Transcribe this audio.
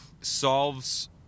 solves